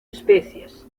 especies